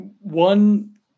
one